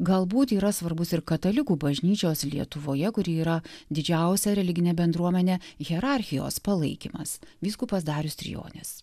galbūt yra svarbus ir katalikų bažnyčios lietuvoje kur yra didžiausia religinė bendruomenė hierarchijos palaikymas vyskupas darius trijonis